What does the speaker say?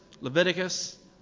Leviticus